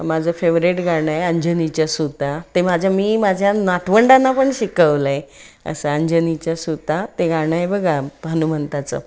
माझं फेवरेट गाणं आहे अंजनीच्या सुता ते माझ्या मी माझ्या नातवंडाना पण शिकवलं आहे असं अंजनीच्या सुता ते गाणं आहे बघा हनुमंताचं